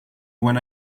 when